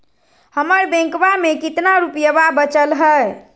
हमर बैंकवा में कितना रूपयवा बचल हई?